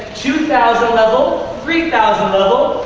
two thousand level, three thousand level,